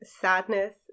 sadness